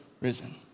risen